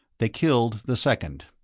they killed the second.